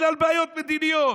בגלל בעיות מדיניות.